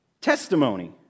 Testimony